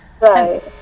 Right